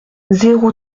zéro